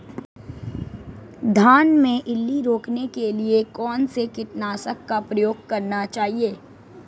धान में इल्ली रोकने के लिए कौनसे कीटनाशक का प्रयोग करना चाहिए?